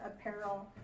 apparel